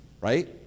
right